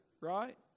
right